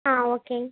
ஆ ஓகேங்க